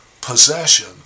possession